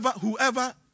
whoever